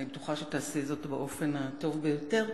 אני בטוחה שתעשי זאת באופן הטוב ביותר,